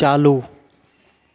चालू